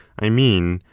i mean,